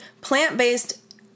plant-based